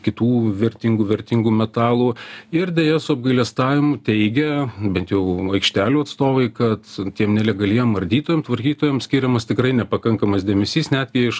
kitų vertingų vertingų metalų ir deja su apgailestavimu teigia bent jau aikštelių atstovai kad tiem nelegaliem ardytojam tvarkytojam skiriamas tikrai nepakankamas dėmesys net iš